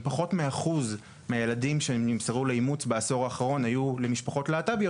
פחות מאחוז מהילדים שנמסרו לאימוץ בעשור האחרון היו למשפחות להט"ביות,